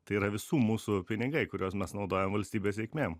tai yra visų mūsų pinigai kuriuos mes naudojam valstybės reikmėm